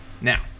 Now